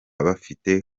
bafite